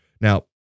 Now